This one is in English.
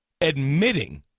admitting